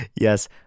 Yes